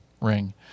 ring